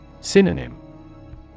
Synonym